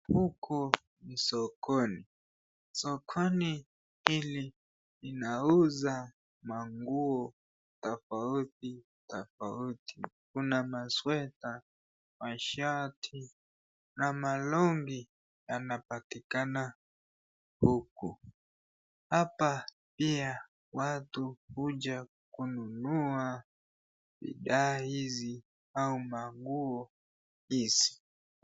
Huku ni sokoni. Sokoni hili inauza nguo tofauti tofauti. Kuna masweta, mashati, na malongi yanapatikana huku. Hapa pia watu huja kununua bidhaa hizi au nguo hizi.